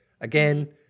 again